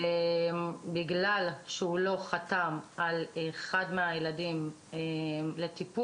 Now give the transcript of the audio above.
בגלל שהוא לא חתם שהוא מאשר לשלוח את אחד הילדים לטיפול,